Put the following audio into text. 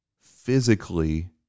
physically